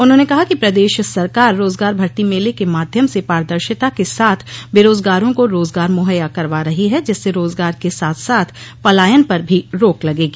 उन्होंने कहा कि प्रदेश सरकारर रोजगार भर्ती मेले के माध्यम से पारदर्शिता के साथ बेरोजगारों को रोजगार मुहैया करवा रही है जिससे रोजगार के साथ साथ पलायन पर भी रोक लगेगी